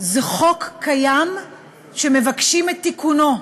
חוק קיים שמבקשים את תיקונו.